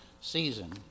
season